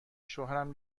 شوهرم